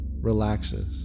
relaxes